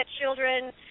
children